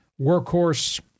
workhorse